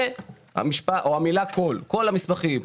בנוסף המילה "כל המסמכים".